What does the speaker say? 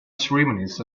ceremonies